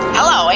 Hello